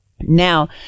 now